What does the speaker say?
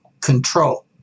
control